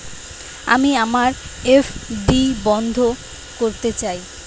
আমি আমার এফ.ডি বন্ধ করতে চাই